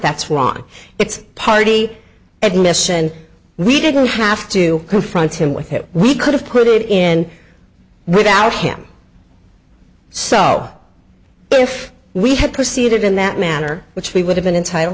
that's wrong it's party admission we didn't have to confront him with him we could have created in without him so if we had proceeded in that manner which we would have been entitle